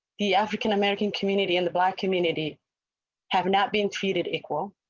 the african american community in the black community have not been treated equal.